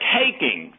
taking